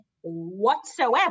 whatsoever